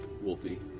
Wolfie